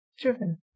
Driven